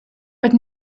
but